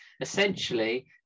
essentially